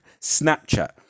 Snapchat